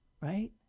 Right